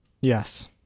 yes